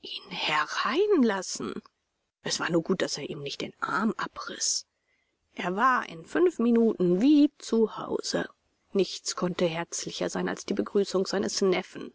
ihn hereinlassen es war nur gut daß er ihm nicht den arm abriß er war in fünf minuten wie zu hause nichts konnte herzlicher sein als die begrüßung seines neffen